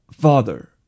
Father